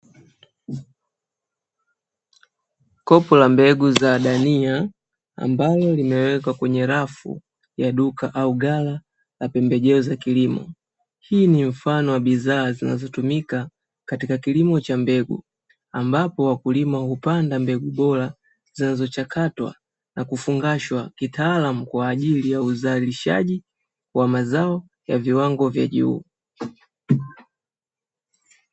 Kopo la mbegu za bamia ambalo limewekwa kwenye rafu ya duka au ghala la pembejeo za kilimo, hii ni mfano wa bidhaa zinazotumika katika kilimo cha mbegu, ambapo wakulima hupanda mbegu bora zinazochakatwa na kufungashwa kitaalamu kwa ajili ya uzalishaji wa mazao ya viwango vya juu.